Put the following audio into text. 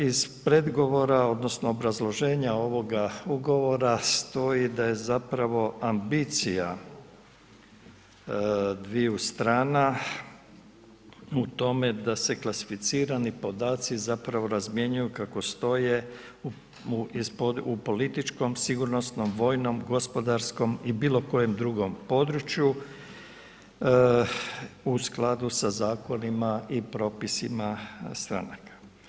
Iz predgovora odnosno obrazloženja ovoga ugovora stoji da je zapravo ambicija dviju strana u tome da se klasificirani podaci zapravo razmjenjuju kako stoje u političkom, sigurnosnom, vojnom, gospodarskom i bilo kojem drugom području u skladu sa zakonima i propisima stranaka.